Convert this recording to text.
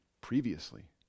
previously